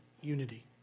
unity